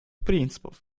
принципов